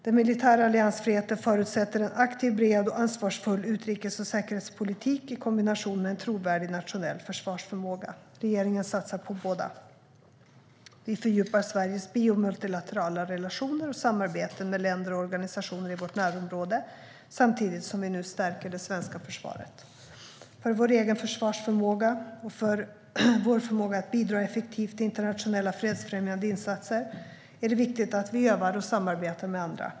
Den militära alliansfriheten förutsätter en aktiv, bred och ansvarsfull utrikes och säkerhetspolitik i kombination med en trovärdig nationell försvarsförmåga. Regeringen satsar på båda. Vi fördjupar Sveriges bi och multilaterala relationer och samarbeten med länder och organisationer i vårt närområde samtidigt som vi nu stärker det svenska försvaret. För vår egen försvarsförmåga och för vår förmåga att bidra effektivt i internationella fredsfrämjande insatser är det viktigt att vi övar och samarbetar med andra.